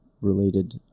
related